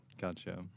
Gotcha